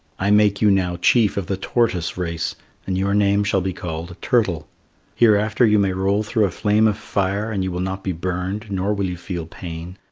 i make you now chief of the tortoise race and your name shall be called turtle hereafter you may roll through a flame of fire and you will not be burned nor will you feel pain,